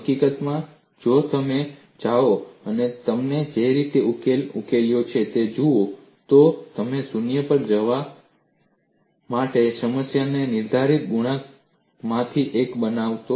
હકીકતમાં જો તમે જાઓ અને તમે જે રીતે ઉકેલ ઉકેલ્યો છે તે જુઓ તો તમે શૂન્ય પર જવા માટે સમસ્યાને નિર્ધારિત ગુણાંકમાંથી એક બનાવ્યો હોત